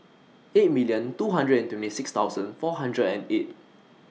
eight million two hundred and twenty six thousand four hundred and eight